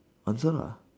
answer